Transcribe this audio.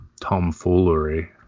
tomfoolery